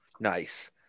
Nice